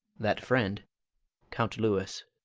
that friend count louis.